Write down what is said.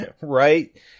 Right